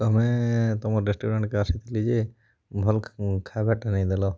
ତମେ ତମର୍ ମାନ ଆସିଥିଲେ ଯେ ଭଲ୍ ଖାଇବାଟା ନାଇଦେଲ